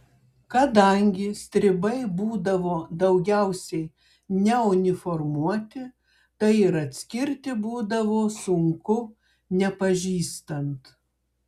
kadangi stribai būdavo daugiausiai neuniformuoti tai ir atskirti būdavo sunku nepažįstant